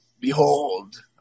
behold